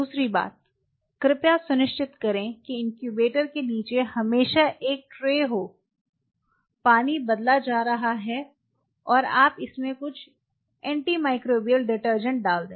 दूसरी बात कृपया सुनिश्चित करें कि इनक्यूबेटर के नीचे हमेशा एक ट्रे हो पानी बदला जा रहा है और आप इसमें कुछ एंटीमाइक्रोबियल डिटर्जेंट डाल दें